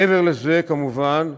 מעבר לזה, כמובן,